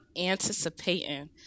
anticipating